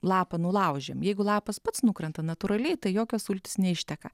lapą nulaužiam jeigu lapas pats nukrenta natūraliai tai jokios sultys neišteka